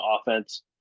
offense